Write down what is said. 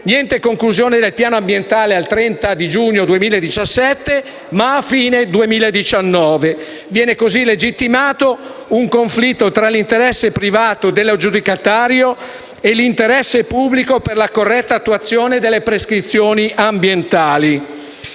niente conclusione del piano ambientale al 30 giugno 2017, ma a fine 2019. Viene così legittimato un conflitto tra l'interesse privato dell'aggiudicatario e l'interesse pubblico per la corretta attuazione delle prescrizioni ambientali.